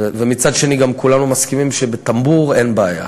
ומצד שני גם כולנו מסכימים שב"טמבור" אין בעיה,